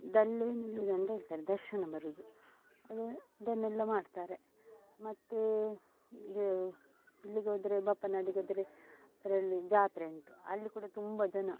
ದಲ್ಲೇ ನಿಲ್ಲೋದ್ ಅಂತ ಹೇಳ್ತಾರೆ ದರ್ಶನ ಬರುವುದು ಅದು ಅದನ್ನೆಲ್ಲ ಮಾಡ್ತಾರೆ ಮತ್ತು ಇದು ಇಲ್ಲಿಗೋದರೆ ಬಪ್ಪನಾಡಿಗೋದರೆ ಅದರಲ್ಲಿ ಜಾತ್ರೆ ಉಂಟು ಅಲ್ಲಿ ಕೂಡ ತುಂಬ ಜನ